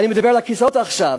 אני מדבר אל הכיסאות עכשיו,